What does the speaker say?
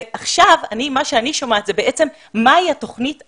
עכשיו מה שאני שומעת זה התוכנית החדשה,